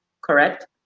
Correct